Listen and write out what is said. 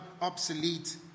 obsolete